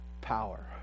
Power